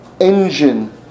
engine